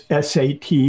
SAT